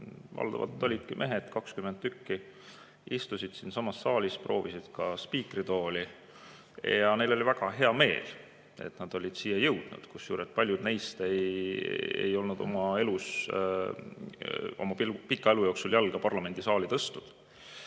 Valdavalt olidki mehed, 20 tükki, istusid siinsamas saalis, proovisid spiikri tooli ja neil oli väga hea meel, et nad olid siia jõudnud. Paljud neist ei olnud oma pika elu jooksul jalga parlamendisaali tõstnud.